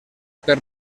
per